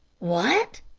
what?